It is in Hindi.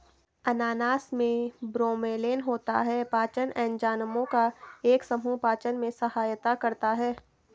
अनानास में ब्रोमेलैन होता है, पाचन एंजाइमों का एक समूह पाचन में सहायता करता है